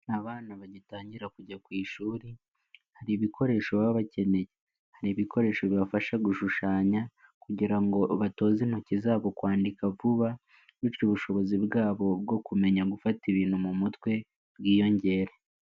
Abana bagitangira kujya ku ishuri hari ibikoresho baba bakeneye, hari ibikoresho bibafasha gushushanya kugira ngo batoze intoki zabo kwandika vuba bityo ubushobozi bwabo bwo kumenya gufata ibintu mu mutwe bwiyongere.